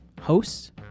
hosts